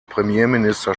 premierminister